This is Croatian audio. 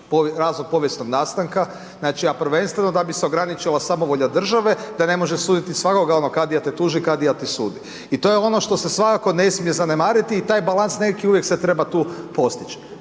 razlog povijesnog nastanka, znači, a prvenstveno da bi se ograničila samovolja države da ne može suditi svakoga onog, kadija te tuži, kadija ti sudi i to je ono što se svakako ne smije zanemariti i taj balas nekakvi uvijek se treba tu postić.